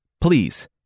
Please